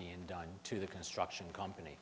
being done to the construction company